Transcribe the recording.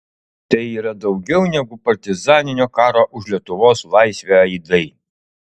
tai yra daugiau negu partizaninio karo už lietuvos laisvę aidai